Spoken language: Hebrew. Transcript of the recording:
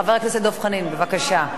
חבר הכנסת דב חנין, בבקשה.